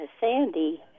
Sandy